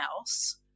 else